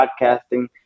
podcasting